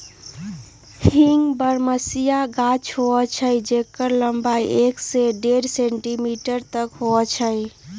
हींग बरहमसिया गाछ होइ छइ जेकर लम्बाई एक से डेढ़ सेंटीमीटर तक होइ छइ